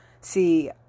see